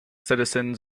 citizens